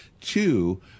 Two